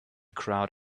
crowd